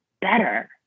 better